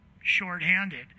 shorthanded